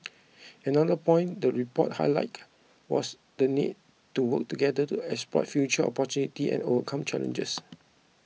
another point the report highlighted was the need to work together to exploit future opportunity and overcome challenges